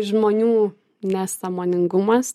žmonių nesąmoningumas